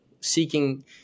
seeking